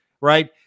right